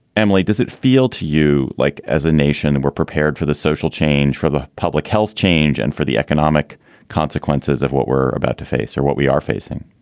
emily, does it feel to you like as a nation, and we're prepared for the social change, for the public health change and for the economic consequences of what we're about to face or what we are facing?